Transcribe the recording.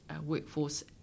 workforce